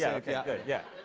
yeah yeah. good, yeah.